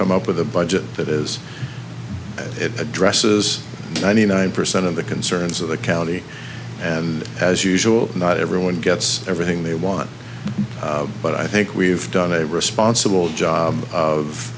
come up with a budget that is it addresses ninety nine percent of the concerns of the county and as usual not everyone gets everything they want but i think we've done a responsible job of